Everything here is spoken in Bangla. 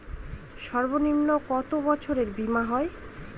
সর্বনিম্ন কত বছরের বীমার হয়?